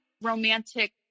romantic